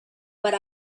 but